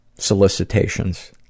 solicitations